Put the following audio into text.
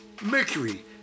Mercury